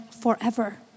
forever